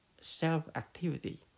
self-activity